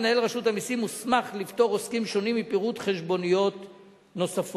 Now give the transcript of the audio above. מנהל רשות המסים מוסמך לפטור עוסקים שונים מפירוט חשבוניות נוספות.